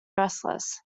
restless